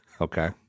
Okay